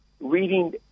reading